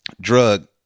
drug